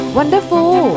Wonderful